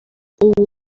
ubu